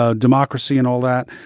ah democracy and all that.